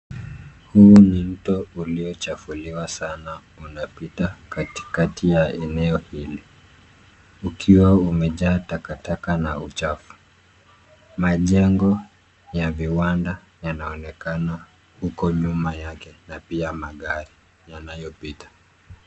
Huu ni mto uliochafuliwa sana, unapita katikati ya eneo hili ukiwa umejaa takataka na uchafu. Majengo ya viwanda yanaonekana huko nyuma yake, na pia magari yanayopita.